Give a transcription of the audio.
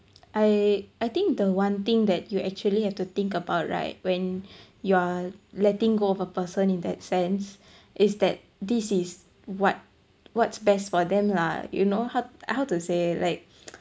I I think the one thing that you actually have to think about right when you are letting go of a person in that sense is that this is what what's best for them lah you know ho~ how to say like